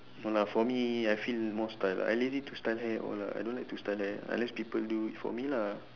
no lah for me I feel more style lah I lazy to style hair all lah I don't like to style hair unless people do it for me lah